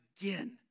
again